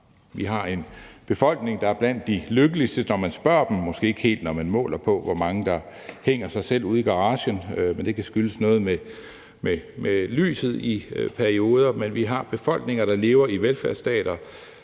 Vi har en befolkning, der er blandt de lykkeligste, når man spørger dem, måske ikke helt, når man måler på, hvor mange der hænger sig selv ude i garagen, men det kan skyldes noget med lyset i perioder, men vi har befolkninger, der lever i velfærdsstater,